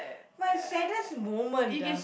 my saddest moment ah